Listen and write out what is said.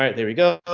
um there we go.